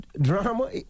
Drama